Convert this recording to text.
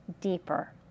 deeper